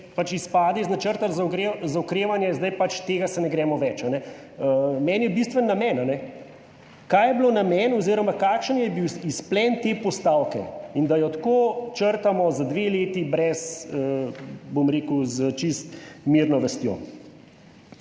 izpade iz načrta za okrevanje, zdaj pač tega se ne gremo več. Zame je bistven namen. Kaj je bil namen, oziroma kakšen je bil izplen te postavke in da jo tako črtamo za dve leti s čisto mirno vestjo?